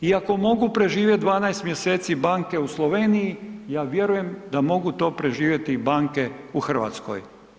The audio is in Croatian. I ako mogu preživjet 12 mjeseci banke u Sloveniji, ja vjerujem da mogu to preživjeti i banke u RH.